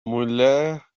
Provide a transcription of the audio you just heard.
mulher